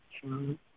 True